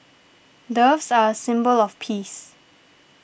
doves are a symbol of peace